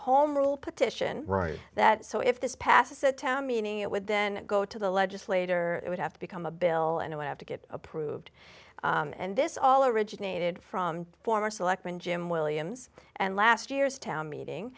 home rule petition right that so if this passes meaning it would then go to the legislator it would have to become a bill and it would have to get approved and this all originated from former selectman jim williams and last year's town meeting